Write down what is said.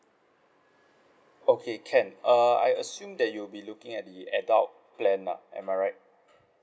okay can uh I assume that you'll be looking at the adult plan lah am I right